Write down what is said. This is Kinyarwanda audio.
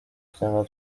cyangwa